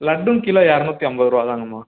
லட்டும் kilo இரநூத்தி ஐம்பதுரூவா தாங்கம்மா